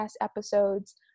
episodes